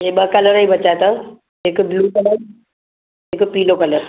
ही ॿ कलर ई बचिया अथव हिकु ब्लू कलर हिकु पीलो कलर